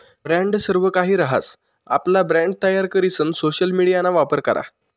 brand सर्वकाहि रहास, आपला ब्रँड तयार करीसन सोशल मिडियाना वापर करा